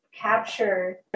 capture